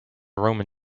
roman